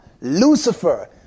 Lucifer